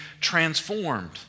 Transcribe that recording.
transformed